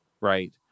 Right